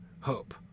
hope